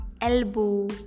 elbow